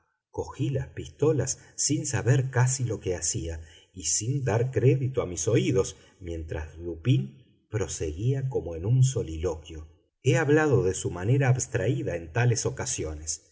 cogí las pistolas sin saber casi lo que hacía y sin dar crédito a mis oídos mientras dupín proseguía como en un soliloquio he hablado de su manera abstraída en tales ocasiones